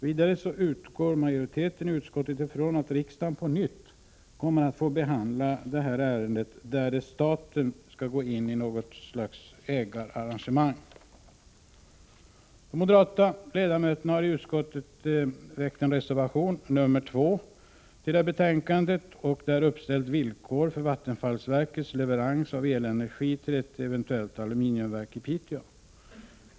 Vidare utgår majoriteten i utskottet från att riksdagen på nytt kommer att få behandla ärendet därest staten skall gå in i något slags ägararrangemang. De moderata ledamöterna i utskottet har i reservation nr 2 till betänkandet uppställt villkor för vattenfallverkets leveranser av elenergi till ett eventuellt aluminiumverk i Piteå.